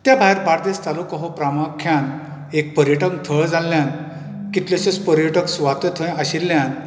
त्या भायर बार्देस तालुको हो प्रामुख्यान एक पर्यटक थळ जाल्ल्यान कितलेशेंच पर्यटक सुवातो थंय आशिल्ल्यान